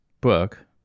book